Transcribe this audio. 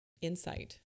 insight